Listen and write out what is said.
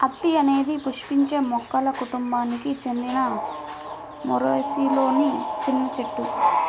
అత్తి అనేది పుష్పించే మొక్కల కుటుంబానికి చెందిన మోరేసిలోని చిన్న చెట్టు